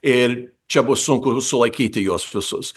ir čia bus sunku sulaikyti juos visus